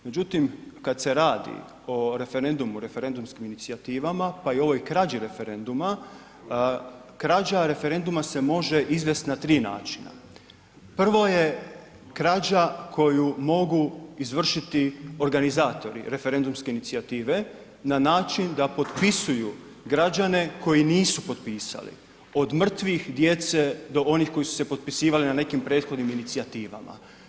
Međutim kad se radi o referendumu, o referendumskim inicijativama, pa i ovoj krađi referenduma, krađa referenduma se može izvest na tri načina, prvo je krađa koju mogu izvršiti organizatori referendumske inicijative na način da potpisuju građane koji nisu potpisali od mrtvih, djece do onih koji su se potpisivali na nekim prethodnim inicijativama.